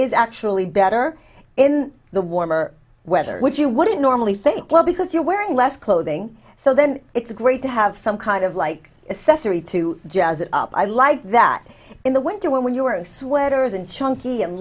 is actually better in the warmer weather which you wouldn't normally think well because you're wearing less clothing so then it's great to have some kind of like assessor to jazz it up i like that in the winter when when you are sweaters and chunky